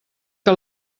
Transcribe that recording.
que